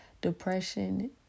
depression